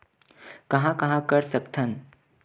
कहां कहां कर सकथन?